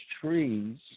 trees